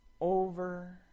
over